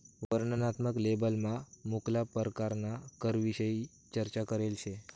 वर्णनात्मक लेबलमा मुक्ला परकारना करविषयी चर्चा करेल शे